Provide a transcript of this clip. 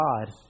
God